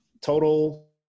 total